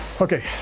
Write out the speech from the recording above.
Okay